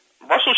Russell